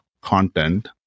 content